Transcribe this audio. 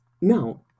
Now